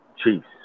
Chiefs